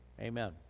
amen